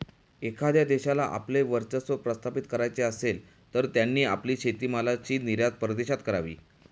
एखाद्या देशाला आपले वर्चस्व प्रस्थापित करायचे असेल, तर त्यांनी आपली शेतीमालाची निर्यात परदेशात करावी